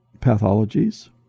pathologies